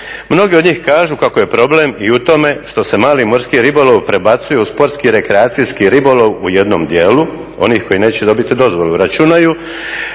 Mnogi od njih kažu kako je problem i u tome što se mali morski ribolov prebacuje u sportski rekreacijski ribolov u jednom dijelu onih koji neće dobiti dozvolu. Računaju